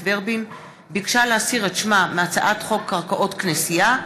ורבין ביקשה להסיר את שמה מהצעת חוק קרקעות כנסייה,